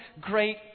great